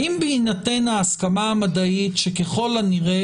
האם בהינתן ההסכמה המדעית שככל הנראה